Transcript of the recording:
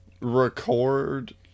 record